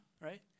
right